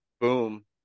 boom